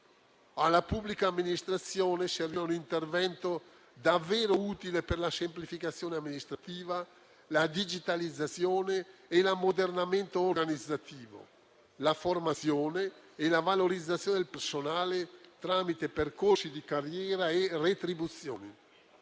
Alla pubblica amministrazione serviva un intervento davvero utile per la semplificazione amministrativa, per la digitalizzazione, l'ammodernamento organizzativo, la formazione e la valorizzazione del personale tramite percorsi di carriera e retribuzioni.